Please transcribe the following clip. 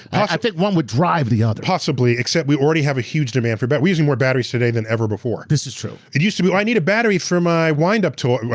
i think one would drive the other. possibly, except we already have a huge demand for batteries, but we're using more batteries today than ever before. this is true. it used to be, oh, i need a battery for my wind-up toy.